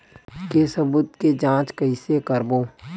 के सबूत के जांच कइसे करबो?